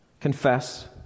confess